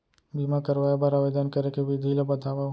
बीमा करवाय बर आवेदन करे के विधि ल बतावव?